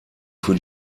für